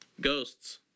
ghosts